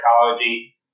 psychology